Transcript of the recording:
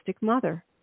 mother